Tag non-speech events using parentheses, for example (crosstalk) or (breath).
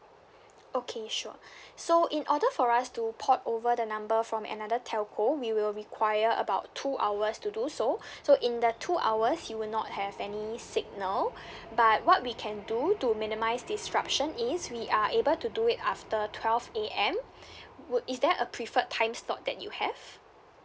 okay sure (breath) so in order for us to port over the number from another telco we will require about two hours to do so (breath) so in the two hours you will not have any signal (breath) but what we can do to minimise disruption is we are able to do it after twelve A_M (breath) would is there a preferred time slot that you have